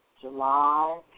July